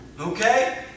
Okay